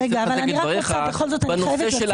אני רוצה לחזק את דבריך בנושא ההתפלה.